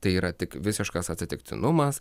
tai yra tik visiškas atsitiktinumas